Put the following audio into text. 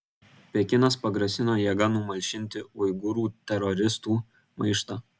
pekinas pagrasino jėga numalšinti uigūrų teroristų maištą